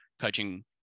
coaching